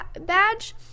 badge